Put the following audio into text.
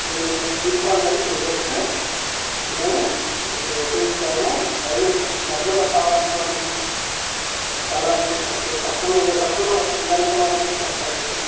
మీరు ఏది తీసుకోవాలంటే అది మీరు వస్తే మేము మీకు చూపించగలము రైల్వే స్టేషన్ దగ్గరలో కావాలి అనుకోండి స్థలాలు ఉన్నాయి కొంచెం తక్కువ తక్కువ కూడా వస్తాయి మీరు అనుకున్న రేటుకు వస్తాయి